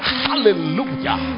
hallelujah